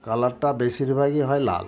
কালারটা বেশিরভাগই হয় লাল